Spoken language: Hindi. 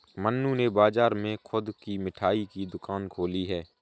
मन्नू ने बाजार में खुद की मिठाई की दुकान खोली है